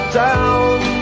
down